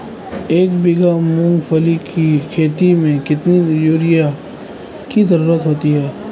एक बीघा मूंगफली की खेती में कितनी यूरिया की ज़रुरत होती है?